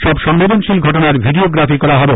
সব সংবেদনশীল ঘটনার ভিডিওগ্রাফি করা হবে